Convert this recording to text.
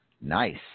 Nice